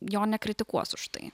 jo nekritikuos už tai